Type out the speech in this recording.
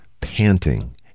panting